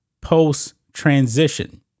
post-transition